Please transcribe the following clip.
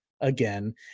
again